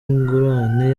ingurane